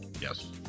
Yes